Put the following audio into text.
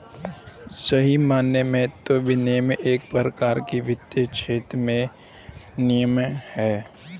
सही मायने में तो विनियमन एक प्रकार का वित्तीय क्षेत्र में नियम है